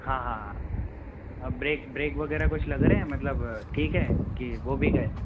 हाँ हाँ हाँ अब ब्रेक ब्रेक वग़ैरह कुछ लग रहे हैं मतलब सब ठीक हैं कि वो भी गए